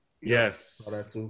Yes